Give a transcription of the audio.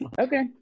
Okay